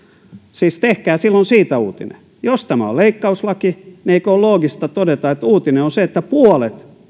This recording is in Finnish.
siis tehkää silloin siitä uutinen jos tämä on leikkauslaki niin eikö ole loogista todeta että uutinen on se että puolet